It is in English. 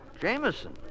Jameson